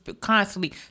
constantly